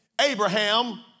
Abraham